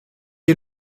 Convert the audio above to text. est